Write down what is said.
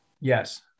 Yes